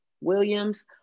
Williams